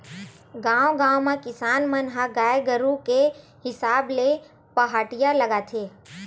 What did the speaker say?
गाँव गाँव म किसान मन ह गाय गरु के हिसाब ले पहाटिया लगाथे